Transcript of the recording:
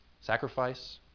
sacrifice